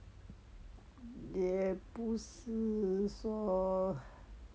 也不是说